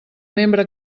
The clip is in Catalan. membre